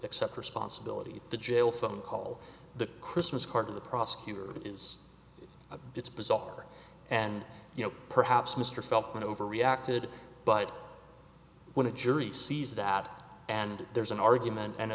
accept responsibility the jail phone call the christmas card of the prosecutor is it's bizarre and you know perhaps mr felt that overreacted but when a jury sees that and there's an argument and